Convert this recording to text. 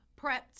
prepped